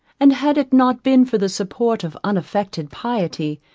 and had it not been for the support of unaffected piety,